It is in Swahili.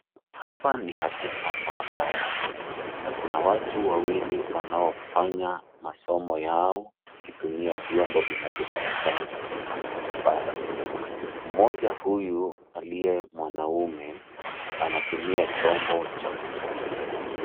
Hapa ni katika maabara na kuna watu wawili wanaofanya masomo yao wakitumia vyombo vinavyopatikana katika maabara. Mmoja huyu aliye mwanamume anatumia chombo cha kuchomelea.